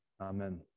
Amen